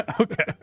Okay